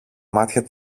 μάτια